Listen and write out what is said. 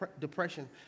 depression